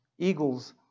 Eagles